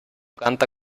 canta